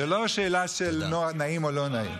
זו לא שאלה של נעים או לא נעים.